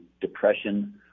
depression